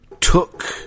took